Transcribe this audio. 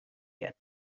yet